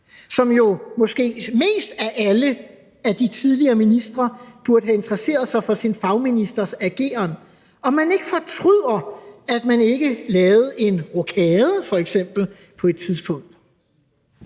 som jo måske mest af alle, af de tidligere ministre, burde have interesseret sig for sin fagministers ageren, ikke fortryder, at man ikke lavede f.eks. en rokade på et tidspunkt.